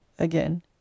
again